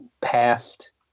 past